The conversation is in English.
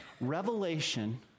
Revelation